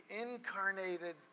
incarnated